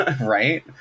Right